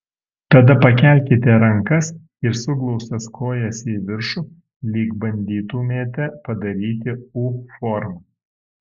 tada pakelkite rankas ir suglaustas kojas į viršų lyg bandytumėte padaryti u formą